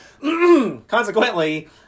consequently